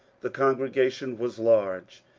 the con gregation was large,